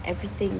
everything